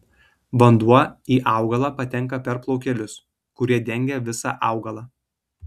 vanduo į augalą patenka per plaukelius kurie dengia visą augalą